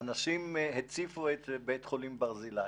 אנשים הציפו את בית חולים ברזילי.